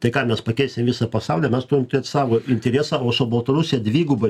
tai ką mes pakeisim visą pasaulį mes turim turėt savo interesą o su baltarusija dvigubai